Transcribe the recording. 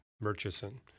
Murchison